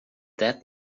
that